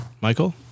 Michael